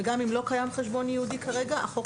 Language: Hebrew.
וגם אם לא קיים חשבון ייעודי כרגע החוק